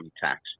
tax